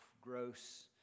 gross